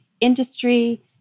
industry